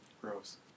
Gross